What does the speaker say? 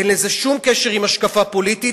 אין לזה שום קשר עם השקפה פוליטית.